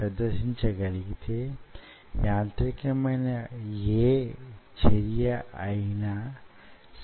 ఉదాహరణకు మన మొక విషయాన్ని అధ్యయనం చేయాలనుకొండి